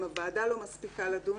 אם הוועדה לא מספיקה לדון